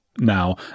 now